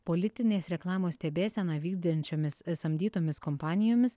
politinės reklamos stebėseną vykdančiomis a samdytomis kompanijomis